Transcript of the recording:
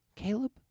Caleb